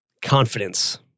Confidence